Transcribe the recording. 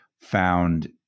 found